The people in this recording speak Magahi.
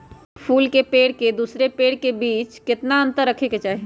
एक फुल के पेड़ के दूसरे पेड़ के बीज केतना अंतर रखके चाहि?